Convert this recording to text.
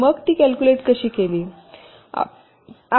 मग मी कॅल्कुलेट कशी केली